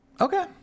Okay